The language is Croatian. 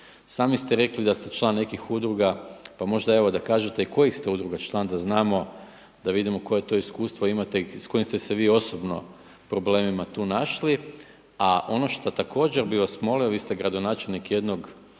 Sami ste rekli da ste član nekih udruga. Pa možda evo da kažete i kojih ste udruga član da znamo, da vidimo koje to iskustvo imate i s kojim ste se vi osobno problemima tu našli a a ono što također bih vas molio vi ste gradonačelnik jednog grada